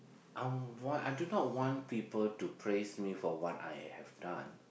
I'm want I do not want people to praise me for what I have done